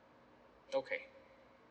okay